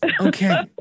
Okay